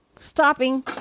stopping